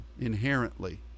inherently